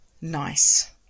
nice